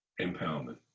empowerment